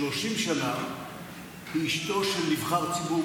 30 שנה היא אשתו של נבחר ציבור,